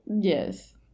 Yes